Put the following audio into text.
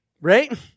right